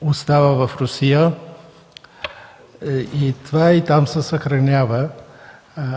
остава в Русия и там се съхранява.